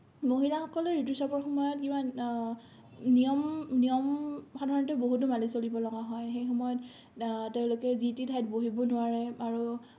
মহিলাসকলৰ ঋতুস্ৰাৱৰ সময়ত ইমান নিয়ম নিয়ম সাধাৰণতে বহুতো মানি চলিব লগা হয় সেই সময়ত তেওঁলোকে যি টি ঠাইত বহিব নোৱাৰে আৰু